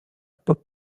pop